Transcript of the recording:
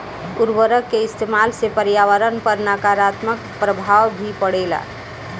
उर्वरक के इस्तमाल से पर्यावरण पर नकारात्मक प्रभाव भी पड़ेला